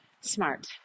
smart